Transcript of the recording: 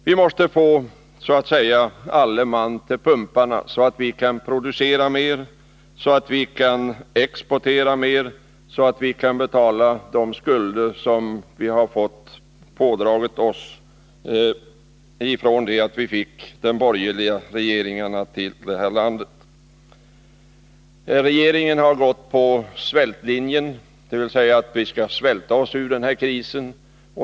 Vi måste så att säga få alle man till pumparna så att vi kan producera mer, exportera mer och betala de skulder vi fått oss pådragna från det ögonblick vi fick borgerliga regeringar i landet. Regeringen har följt svältlinjen, dvs. att vi skall svälta oss ur krisen.